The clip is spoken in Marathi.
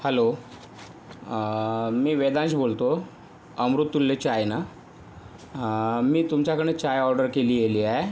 हॅलो मी वेदांश बोलतो अमृततुल्य चाय ना मी तुमच्याकडनं चाय ऑर्डर केलेली आहे